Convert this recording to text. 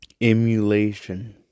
emulation